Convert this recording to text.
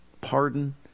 Pardon